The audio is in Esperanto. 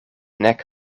nek